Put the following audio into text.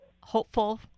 hopeful